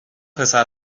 پسر